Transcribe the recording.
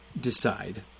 decide